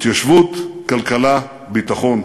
התיישבות, כלכלה, ביטחון,